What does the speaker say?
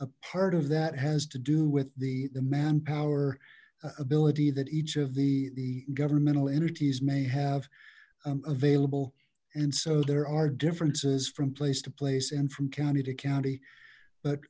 a part of that has to do with the the manpower ability that each of the the governmental entities may have available and so there are differences from place to place and from county to county but